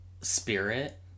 spirit